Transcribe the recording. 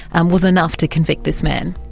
and was enough to convict this man.